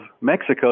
Mexico